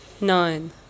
Nine